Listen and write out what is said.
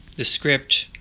the script,